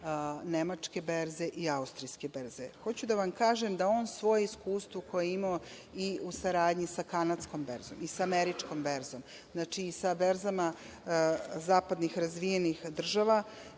nemačke berze i austrijske berze. Hoću da vam kažem da on svoje iskustvo koje imao i u saradnji sa kanadskom berzom i sa američkom berzom, znači i sa berzama zapadnih razvijenih država